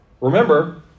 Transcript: Remember